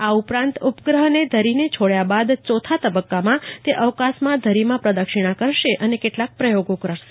આ ઉપરાંત ઉપગ્રહને ઘરીને છોડ્યા બાદ ચોથા તબક્કામાં તે અવકાશમાં ઘરીમાં પ્રદક્ષિણા કરશે અને કેટલાક પ્રયોગો કરશે